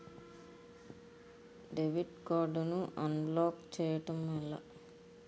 Debit card ను unblock block చేయటం ఎలా?